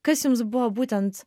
kas jums buvo būtent